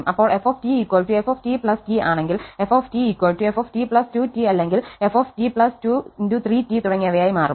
അപ്പോൾ f ft T ആണെങ്കിൽ f ft 2T അല്ലെങ്കിൽ f t 2 തുടങ്ങിയവയായി മാറും